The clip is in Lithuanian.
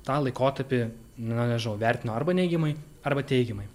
tą laikotarpį na nežinau vertino arba neigiamai arba teigiamai